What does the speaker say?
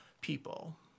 people